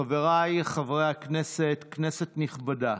חבריי חברי הכנסת, כנסת נכבדה,